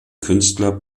künstler